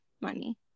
money